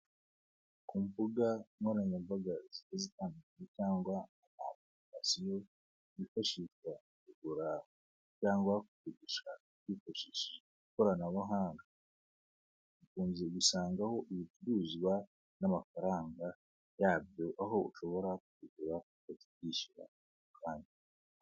Ku mbuga nkoranyambaga zigiye zitandukanye, cyangwa amapulikasiyo, yifashishwa mu kugura cyangwa kugurisha hifashishijwe ikoranabuhanga, ukunze gusangaho ibicuruzwa n'amafaranga yabyo, aho ushobora kubigura ukanabyishyura ako kanya.